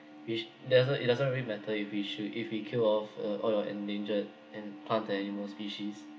which doesn't it doesn't really matter you we should if we kill off uh all your endangered and plant animal species